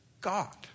God